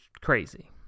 crazy